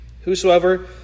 Whosoever